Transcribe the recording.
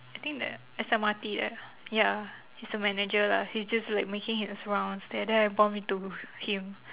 I think th~ S_M_R_T there ya he's a manager lah he's just like making his rounds there then I bump into him